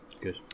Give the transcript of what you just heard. Good